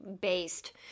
based